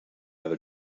other